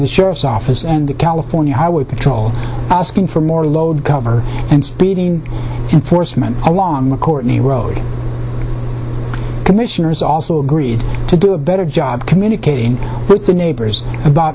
sheriff's office and the california highway patrol asking for more load cover and speeding enforcement along the courtney road commissioners also agreed to do a better job communicating with the neighbors about